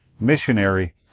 missionary